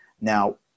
Now